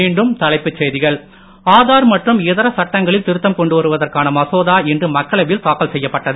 மீண்டும் தலைப்புச் செய்திகள் ஆதார் மற்றும் இதர சட்டங்களில் திருத்தம் கொண்டுவருதற்கான மசோதா இன்று மக்களவையில் தாக்கல் செய்யப்பட்டது